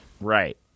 Right